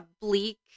bleak